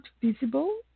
visible